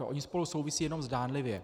Ony spolu souvisí jenom zdánlivě.